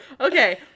Okay